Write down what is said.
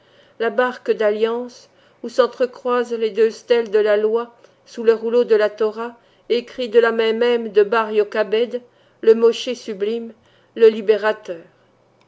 la barque dalliance où s'entrecroisent les deux stèles de la loi sous le rouleau de la thora écrit de la main même de bar iokabëd le moschë sublime le libérateur